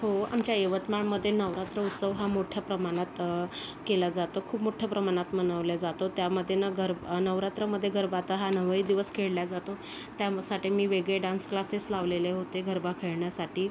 हो आमच्या यवतमाळमध्ये नवरात्र उत्सव हा मोठ्या प्रमाणात केला जातो खूप मोठ्ठ्या प्रमाणात मनवल्या जातो त्यामध्ये ना गर नवरात्रामध्ये गरबा आता हा नऊही दिवस खेळल्या जातो त्यामसाठी मी वेगळे डान्स क्लासेस लावलेले होते गरबा खेळण्यासाठी